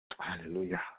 hallelujah